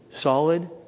solid